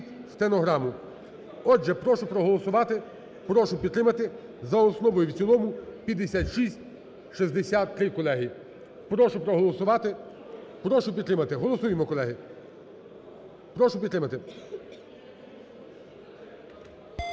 Отже, прошу проголосувати, прошу підтримати за основу і в цілому 5663, колеги. Прошу проголосувати, прошу підтримати. Голосуємо, колеги. Прошу підтримати.